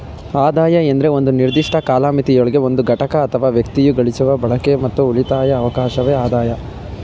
ಆದಾಯ ಎಂದ್ರೆ ಒಂದು ನಿರ್ದಿಷ್ಟ ಕಾಲಮಿತಿಯೊಳಗೆ ಒಂದು ಘಟಕ ಅಥವಾ ವ್ಯಕ್ತಿಯು ಗಳಿಸುವ ಬಳಕೆ ಮತ್ತು ಉಳಿತಾಯದ ಅವಕಾಶವೆ ಆದಾಯ